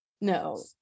no